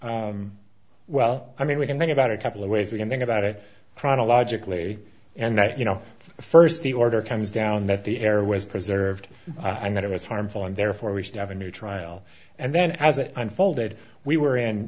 bit well i mean we can think about a couple of ways we can think about it chronologically and that you know first the order comes down that the air was preserved i'm not it was harmful and therefore we should have a new trial and then as it unfolded we were in